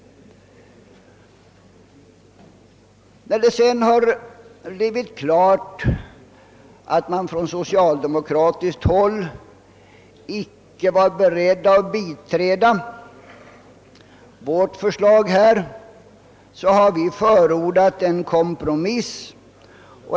När det sedan blivit klart att social demokraterna icke var beredda att biträda vårt förslag, har vi förordat en kompromiss.